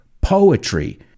poetry